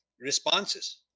responses